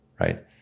right